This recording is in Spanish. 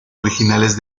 originales